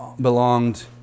belonged